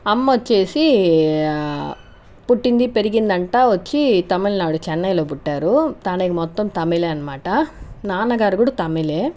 అమ్మ వచ్చి పుట్టింది పెరిగింది అంతా వచ్చి తమిళనాడు చెన్నైలో పుట్టారు తనకి మొత్తం తమిళే అన్నమాట నాన్నగారు కూడా తమిళే